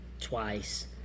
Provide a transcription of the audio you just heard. twice